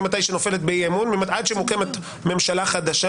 מהרגע שהיא נופלת באי אמון עד שמוקמת ממשלה חדשה.